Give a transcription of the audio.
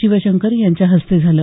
शिवशंकर यांच्या हस्ते झालं